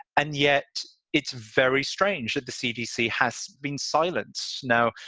and yet it's very strange that the cdc has been silent. now,